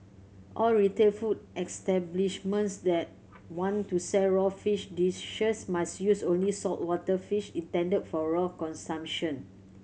all retail food establishments that want to sell raw fish dishes must use only saltwater fish intended for raw consumption